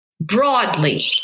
broadly